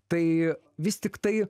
tai vis tiktai